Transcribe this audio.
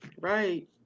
Right